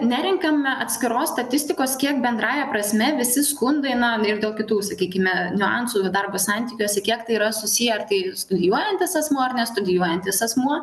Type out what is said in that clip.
nerenkame atskiros statistikos kiek bendrąja prasme visi skundai na ir daug kitų sakykime niuansų darbo santykiuose kiek tai yra susiję ar tai studijuojantis asmuo ar nestudijuojantis asmuo